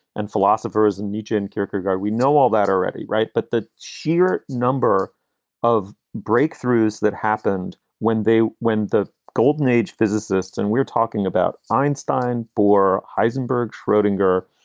and philosophers and netsch and in. guy, we know all that already. right. but the sheer number of breakthroughs that happened when they when the golden age physicists and we're talking about einstein for heisenberg, schrodinger,